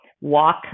Walk